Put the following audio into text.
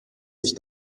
sich